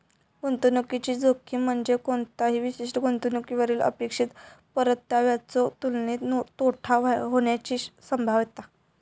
गुंतवणुकीची जोखीम म्हणजे कोणत्याही विशिष्ट गुंतवणुकीवरली अपेक्षित परताव्याच्यो तुलनेत तोटा होण्याची संभाव्यता